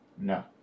No